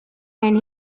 and